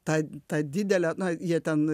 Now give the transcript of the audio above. tą tą didelę jie ten